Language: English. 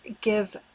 give